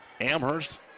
Amherst